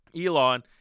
Elon